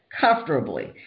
comfortably